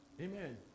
Amen